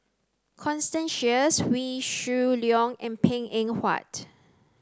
constance Sheares Wee Shoo Leong and Png Eng Huat